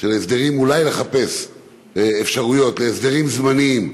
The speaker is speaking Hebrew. של ההסדרים, אולי לחפש אפשרויות להסדרים זמניים,